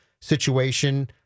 situation